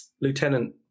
lieutenant